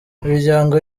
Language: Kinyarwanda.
imiryango